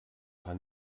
paar